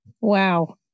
Wow